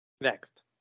Next